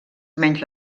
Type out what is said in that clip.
menys